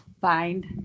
find